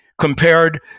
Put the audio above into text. compared